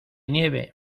nieve